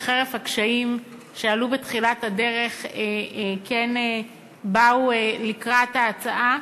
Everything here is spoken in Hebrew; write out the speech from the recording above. שחרף הקשיים שעלו בתחילת הדרך כן באו לקראת ההצעה.